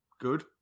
good